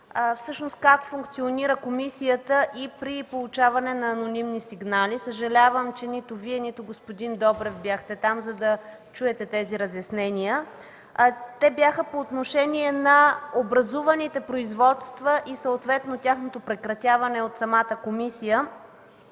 обясни как функционира комисията при получаване на анонимни сигнали. Съжалявам, че нито Вие, нито господин Добрев бяхте там, за да чуете тези разяснения. Те бяха по отношение на образуваните производства и съответно тяхното прекратяване от самата комисия.